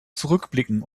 zurückblicken